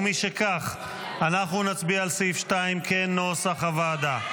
משכך, אנחנו נצביע על סעיף 2 כנוסח הוועדה.